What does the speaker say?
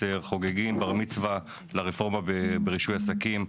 וחוגגים בר-מצווה לרפורמה ברישוי עסקים.